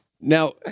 Now